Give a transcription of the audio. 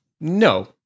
No